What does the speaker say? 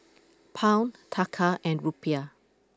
Pound Taka and Rupiah